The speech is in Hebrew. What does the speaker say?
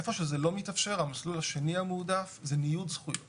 איפה שזה לא מתאפשר המסלול השני המועדף זה ניוד זכויות